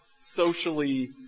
socially